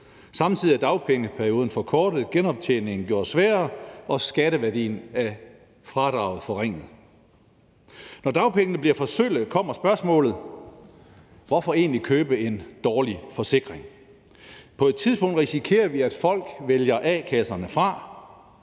Samtidig er dagpengeperioden forkortet, genoptjeningen gjort sværere, og skatteværdien af fradraget er forringet. Når dagpengene bliver for sølle, kommer spørgsmålet: Hvorfor egentlig købe en dårlig forsikring? På et tidspunkt risikerer vi, at folk vælger a-kasserne fra.